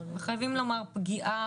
חייבים להגיד פגיעה,